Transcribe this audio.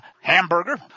hamburger